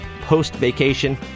post-vacation